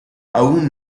aún